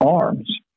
arms